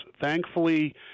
Thankfully